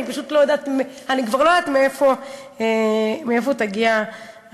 ואני כבר לא יודעת מאיפה תגיע המכה.